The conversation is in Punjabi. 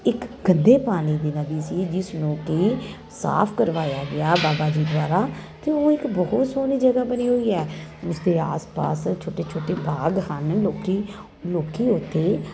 ਇੱਕ ਗੰਦੇ ਪਾਣੀ ਦੀ ਨਦੀ ਸੀ ਜਿਸ ਨੂੰ ਕਿ ਸਾਫ ਕਰਵਾਇਆ ਗਿਆ ਬਾਬਾ ਜੀ ਦੁਆਰਾ ਅਤੇ ਉਹ ਇੱਕ ਬਹੁਤ ਸੋਹਣੀ ਜਗ੍ਹਾ ਬਣੀ ਹੋਈ ਹੈ ਉਸਦੇ ਆਸ ਪਾਸ ਛੋਟੇ ਛੋਟੇ ਬਾਗ ਹਨ ਲੋਕ ਲੋਕ ਉੱਥੇ